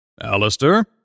Alistair